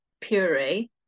puree